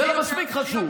זה לא מספיק חשוב.